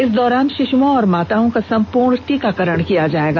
इस दौरान शिशुओं और माताओं का संपूर्ण टीकाकरण किया जाएग